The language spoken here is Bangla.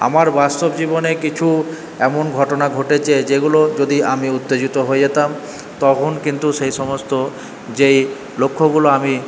আমার বাস্তব জীবনে কিছু এমন ঘটনা ঘটেছে যেগুলো যদি আমি উত্তেজিত হয়ে যেতাম তখন কিন্তু সেই সমস্ত যেই লক্ষ্যগুলো আমি